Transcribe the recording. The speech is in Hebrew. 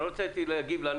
אני לא רציתי להגיב לה,